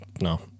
No